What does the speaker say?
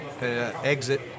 exit